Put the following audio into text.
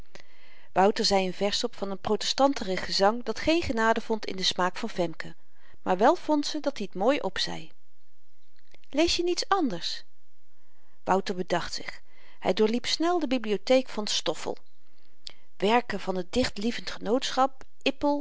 wouter zei n vers op van een protestanterig gezang dat geen genade vond in den smaak van femke maar wel vond ze dat-i t mooi opzei lees je niets anders wouter bedacht zich hy doorliep snel de bibliotheek van stoffel werken van t dichtlievend genootschap